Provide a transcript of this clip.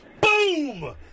Boom